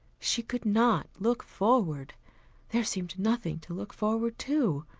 she could not look forward there seemed nothing to look forward to.